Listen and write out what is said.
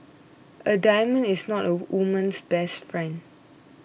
a diamond is not a woman's best friend